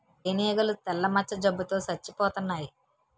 తేనీగలు తెల్ల మచ్చ జబ్బు తో సచ్చిపోతన్నాయి